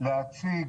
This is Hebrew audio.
להציג